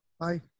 Bye